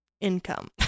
income